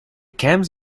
cams